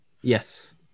yes